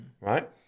right